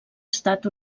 estat